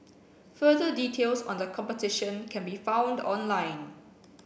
further details on the competition can be found online